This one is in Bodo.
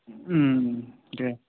दे